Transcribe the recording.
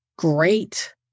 Great